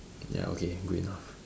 ya okay good enough